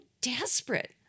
desperate